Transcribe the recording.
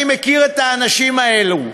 אני מכיר את האנשים האלה,